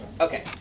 Okay